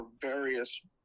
various